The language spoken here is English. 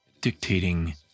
dictating